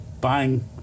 Buying